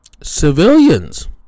civilians